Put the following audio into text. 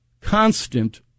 constant